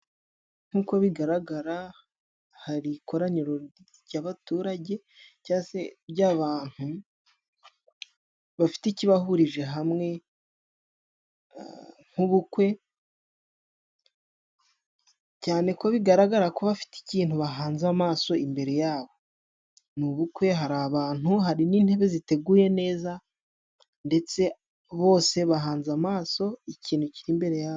Nk'uko bigaragara, hari ikoraniro ry'abaturage cyase ry'abantu bafite ikibahurije hamwe nk'ubukwe, cyane ko bigaragara ko bafite ikintu bahanze amaso imbere yabo. Ni ubukwe hari abantu hari n'intebe ziteguye neza, ndetse bose bahanze amaso ikintu kiri imbere yabo.